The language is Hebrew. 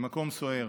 מקום סוער.